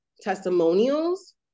testimonials